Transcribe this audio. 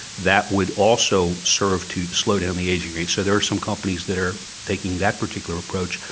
that would also serve to slow down the ageing rate. so there's some companies that are taking that particular approach.